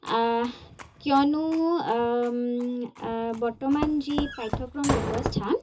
কিয়নো বৰ্তমান যি পাঠ্যক্ৰম ব্যৱস্থা